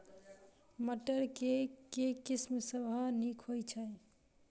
मटर केँ के किसिम सबसँ नीक होइ छै?